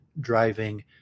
driving